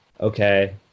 okay